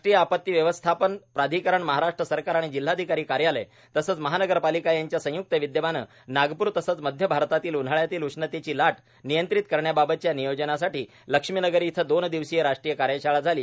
राष्ट्रीय आपत्ती व्यवस्थापन प्राधिकरण महाराष्ट्र सरकार आणि जिल्हाधिकारी कार्यालय तसंच महानगरपालिका यांच्या संयुक्त विदयमानं नागप्र तसंच मध्य भारतातील उन्हाळ्यातील उष्णतेची लाट नियंत्रित करण्याबाबतच्या नियोजनासाठी लक्ष्मीनगर इथं दोन दिवसीय राष्ट्रीय कार्यशाळा झाली